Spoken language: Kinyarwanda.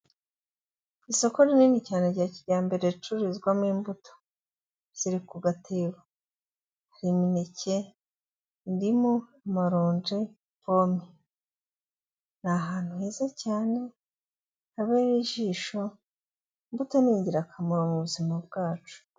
Isoko rinini cyane rya kijyambere ricururizwamo imbuto, ziri ku gatebo. Hari imineke, indimu, amaronji, pome, ni ahantu heza cyane habereye ijisho, imbuto ni ingirakamaro mu buzima bwacu.